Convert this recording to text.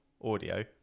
audio